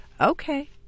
Okay